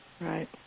Right